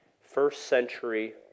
first-century